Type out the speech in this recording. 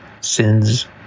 sins